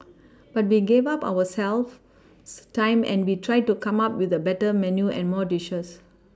but we gave up ourselves time and we tried to come up with a better menu and more dishes